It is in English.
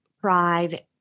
pride